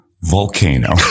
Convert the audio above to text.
Volcano